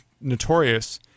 notorious